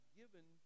given